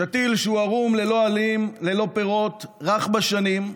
שתיל שהוא עירום, ללא עלים, ללא פירות, רך בשנים.